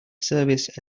service